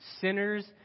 Sinners